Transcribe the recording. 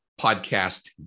podcast